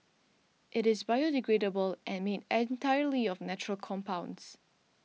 it is biodegradable and made entirely of natural compounds